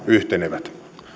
yhtenevät